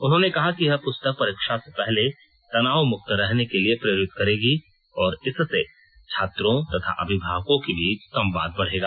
उन्होंने कहा कि यह पुस्तक परीक्षा से पहले तनाव मुक्त रहने के लिए प्रेरित करेगी और इससे छात्रों तथा अभिभावकों के बीच संवाद बढ़ेगा